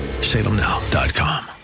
Salemnow.com